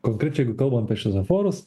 konkrečiai jeigu kalbam apie šviesoforus